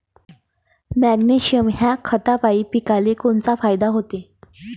Magnesium ह्या खतापायी पिकाले कोनचा फायदा होते?